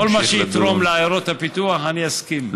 כל מה שיתרום לעיירות הפיתוח, אני אסכים.